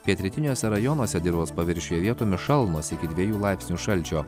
pietrytiniuose rajonuose dirvos paviršiuje vietomis šalnos iki dviejų laipsnių šalčio